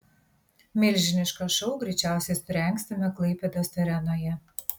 milžinišką šou greičiausiai surengsime klaipėdos arenoje